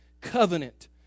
covenant